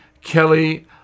Kelly